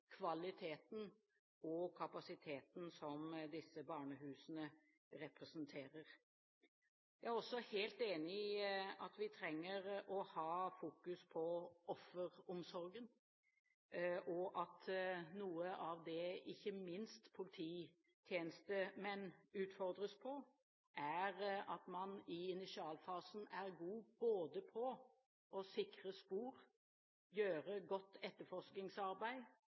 kvaliteten og kapasiteten som disse barnehusene representerer. Jeg er også helt enig i at vi trenger å ha oppmerksomhet rundt offeromsorgen, og at noe av det ikke minst polititjenestemenn utfordres på, er at man i initialfasen er god på både å sikre spor, gjøre godt etterforskningsarbeid